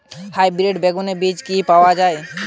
Hybrid বেগুনের বীজ কি পাওয়া য়ায়?